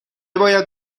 باید